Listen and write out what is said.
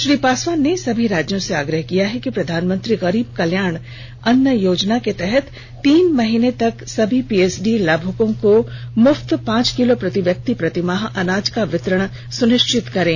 श्री पासवान ने सभी राज्यों से आग्रह किया है कि प्रधानमंत्री गरीब कल्याण अन्न योजना के तहत तीन महीने तक सभी पीडीएस लाभुकों को मुफ्त पांच किलो प्रति व्यक्ति प्रति माह अनाज का वितरण सुनिष्वित करें